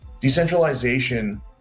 decentralization